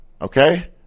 Okay